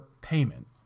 payment